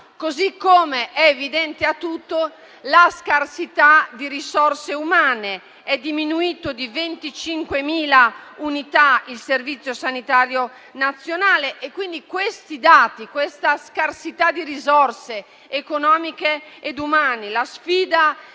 così com'è evidente a tutti la scarsità di risorse umane: è diminuito di 25.000 unità il servizio sanitario nazionale. Questi dati, con questa scarsità di risorse economiche ed umane, e la sfida